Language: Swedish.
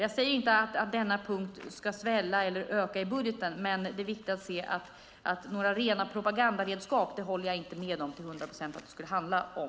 Jag säger inte att denna punkt ska svälla eller öka i budgeten, men det är viktigt att se att några rena propagandaredskap håller jag inte med till hundra procent att det skulle handla om.